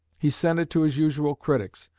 he sent it to his usual critics,